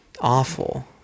awful